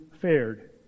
fared